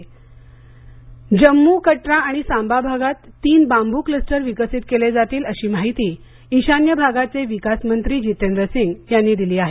बांबू प्रकल्प जम्मू कटरा आणि सांबा भागात तीन बांबू क्लस्टर विकसित केले जातील अशी माहिती ईशान्य भागाचे विकास मंत्री जितेंद्र सिंघ यांनी दिली आहे